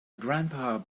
grandpa